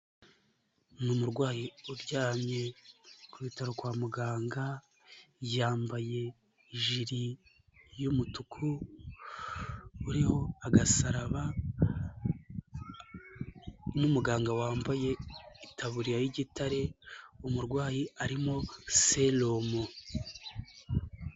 Ni umurwayi uryamye ku bitaro rwa muganga, yambaye ijiri y'umutuku, uriho agasaraba n'umuganga wambaye itaburiya y'igitare, umurwayi arimo selomo.